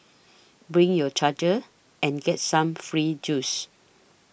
bring your charger and get some free juice